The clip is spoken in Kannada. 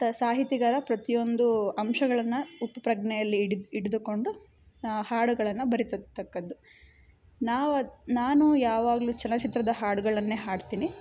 ತ ಸಾಹಿತಿಗಾರ ಪ್ರತಿಯೊಂದೂ ಅಂಶಗಳನ್ನು ಉಪಪ್ರಜ್ಞೆಯಲ್ಲಿ ಹಿಡಿದ್ ಹಿಡಿದುಕೊಂಡು ಹಾಡುಗಳನ್ನು ಬರೀತಾ ತಕ್ಕದ್ದು ನಾವು ಅದು ನಾನು ಯಾವಾಗಲೂ ಚಲನಚಿತ್ರದ ಹಾಡುಗಳನ್ನೆ ಹಾಡ್ತೀನಿ